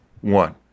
one